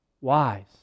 Wise